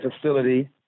facility